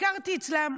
אני ביקרתי אצלן,